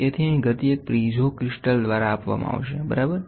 તેથી અહીં ગતી એક પીઝો ક્રિસ્ટલ દ્વારા આપવામાં આવશે બરાબર